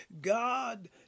God